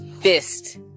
fist